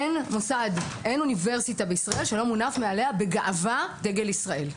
אין אוניברסיטה בישראל שלא מונף מעליה בגאווה דגל ישראל.